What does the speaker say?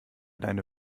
deine